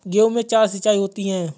गेहूं में चार सिचाई होती हैं